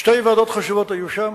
שתי ועדות חשובות היו שם,